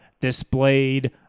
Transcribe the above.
displayed